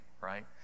right